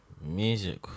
music